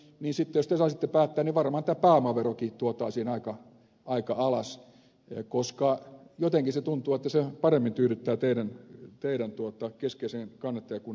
jos te saisitte päättää varmaan pääomaverokin tuotaisiin aika alas koska jotenkin tuntuu että se paremmin tyydyttää teidän keskeisen kannattajakuntanne toiveita